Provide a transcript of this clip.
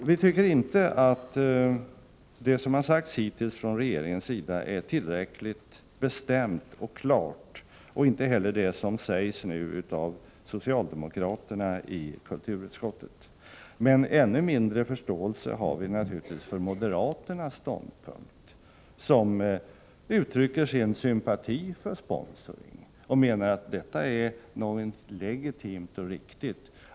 Vi tycker inte att det som har sagts hittills från regeringens sida är tillräckligt bestämt och klart, och inte heller det som nu sägs av socialdemokraterna i kulturutskottet. Men ännu mindre förståelse har vi naturligtvis för moderaternas ståndpunkt. De uttrycker sin sympati för sponsring och menar att det är någonting legitimt och riktigt.